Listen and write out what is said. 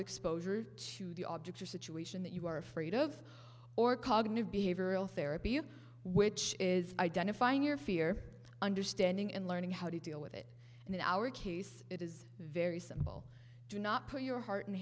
exposure to the object or situation that you are afraid of or cognitive behavioral therapy you which is identifying your fear understanding and learning how to deal with it and in our case it is very simple do not put your heart and